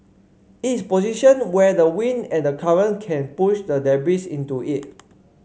it is positioned where the wind and the current can push the debris into it